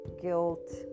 guilt